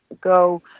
go